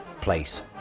place